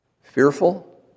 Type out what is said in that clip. Fearful